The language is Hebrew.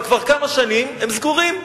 אבל כבר כמה שנים הם סגורים.